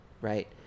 right